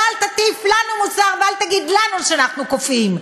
אז אל תטיף לנו מוסר ואל תגיד לנו שאנחנו כופים.